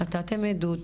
נתתן עדות,